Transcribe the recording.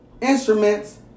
instruments